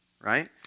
Right